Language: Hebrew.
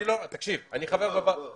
אני חבר בוועדת